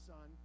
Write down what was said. Son